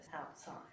outside